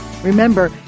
Remember